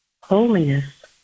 holiness